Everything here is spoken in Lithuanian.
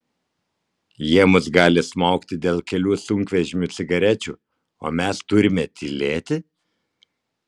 jie mus gali smaugti dėl kelių sunkvežimių cigarečių o mes turime tylėti